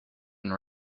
and